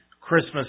Christmas